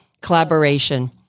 collaboration